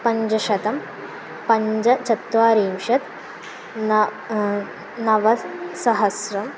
पञ्चशतं पञ्चचत्वारिंशत् न नवसहस्रम्